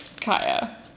Kaya